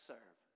Serve